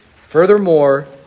Furthermore